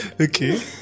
Okay